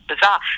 bizarre